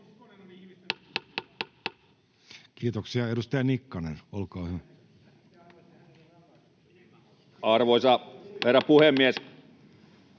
Kiitoksia. — Edustaja Lindtman, olkaa hyvä. Arvoisa puhemies!